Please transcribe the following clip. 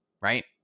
right